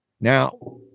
Now